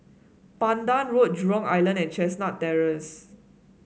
Pandan Road Jurong Island and Chestnut Terrace